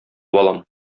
балам